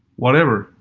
whatever,